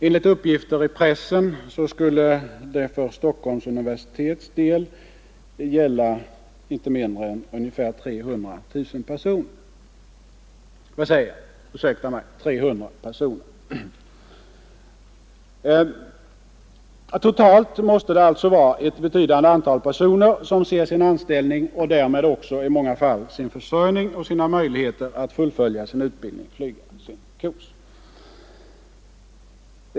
Enligt uppgifter i pressen skulle det för Stockholms universitet gälla inte mindre än ungefär 300 personer. Totalt måste det alltså vara ett betydande antal personer som ser sin anställning och därmed i många fall sin försörjning och sina möjligheter att fullfölja sin utbildning flyga sin kos.